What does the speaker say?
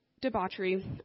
debauchery